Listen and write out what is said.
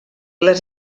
les